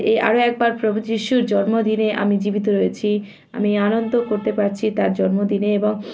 এই আরো একবার প্রভু যীশুর জন্মদিনে আমি জীবিত রয়েছি আমি আনন্দ করতে পারছি তার জন্মদিনে এবং